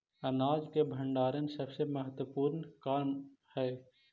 अनाज के भण्डारण सबसे महत्त्वपूर्ण काम हइ